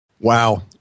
Wow